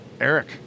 eric